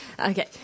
Okay